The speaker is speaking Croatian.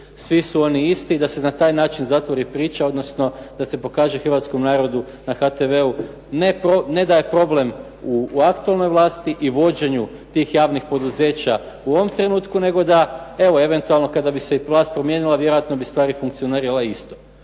svi su oni isti i da se na taj način zatvori priča, odnosno da se pokaže hrvatskom narodu na HTV-u ne da je problem u aktualnoj vlasti i vođenu tih javnih poduzeća u ovom trenutku, nego evo da kada bi se vlast promijenila vjerojatno bi stvar funkcionirala isto.